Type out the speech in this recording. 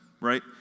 Right